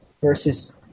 versus